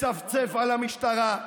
מצפצף על המשטרה,